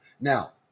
Now